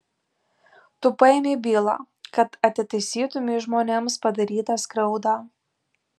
tu paėmei bylą kad atitaisytumei žmonėms padarytą skriaudą